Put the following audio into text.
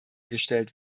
gestellt